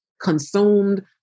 consumed